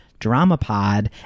Dramapod